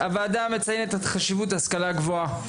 הוועדה מציינת את חשיבות ההשכלה הגבוהה.